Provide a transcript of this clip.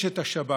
יש את השב"כ,